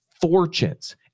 fortunes